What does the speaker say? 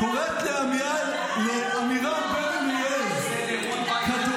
-- קוראת לעמירם בן אוליאל קדוש.